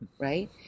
right